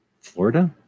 Florida